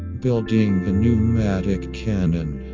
building pneumatic cannon.